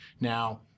Now